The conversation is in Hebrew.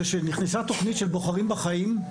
זה שנכנסה תוכנית של "בוחרים בחיים",